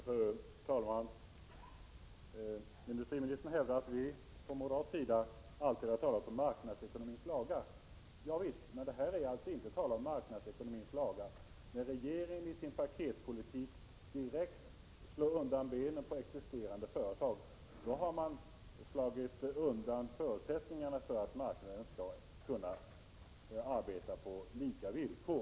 Fru talman! Industriministern hävdar att vi från moderat sida alltid talar om marknadsekonomins lagar. Ja visst, men i detta fall är det inte fråga om marknadsekonomins lagar, när regeringen med sin paketpolitik direkt slår undan benen på existerande företag. Därmed har man slagit undan förutsättningarna för att företagen på marknaden skall kunna arbeta på lika villkor.